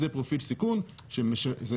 זה פרופיל סיכון שמשקף,